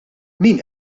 min